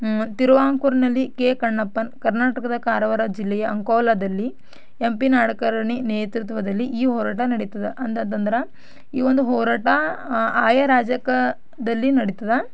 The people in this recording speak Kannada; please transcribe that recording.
ತಿರುವಾಂಕೂರಿನಲ್ಲಿ ಕೆ ಕಣ್ಣಪ್ಪನ್ ಕರ್ನಾಟಕದ ಕಾರವಾರ ಜಿಲ್ಲೆಯ ಅಂಕೋಲಾದಲ್ಲಿ ಎಮ್ ಪಿ ನಾಡಕರ್ಣಿ ನೇತೃತ್ವದಲ್ಲಿ ಈ ಹೋರಾಟ ನಡೀತದೆ ಅಂತಂತಂದ್ರೆ ಈ ಒಂದು ಹೋರಾಟ ಆಯಾ ರಾಜ್ಯಕ ದಲ್ಲಿ ನಡೀತದೆ